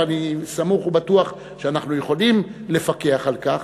ואני סמוך ובטוח שאנחנו יכולים לפקח על כך.